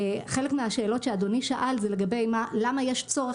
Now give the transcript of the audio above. חלק מהשאלות שאדוני שאל זה לגבי למה יש צורך